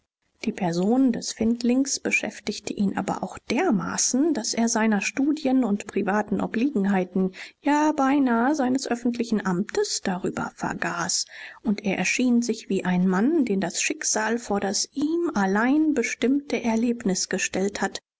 die person des findlings beschäftigte ihn aber auch dermaßen daß er seiner studien und privaten obliegenheiten ja beinahe seines öffentlichen amtes darüber vergaß und er erschien sich wie ein mann den das schicksal vor das ihm allein bestimmte erlebnis gestellt hat